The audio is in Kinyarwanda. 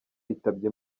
yitabye